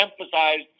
emphasized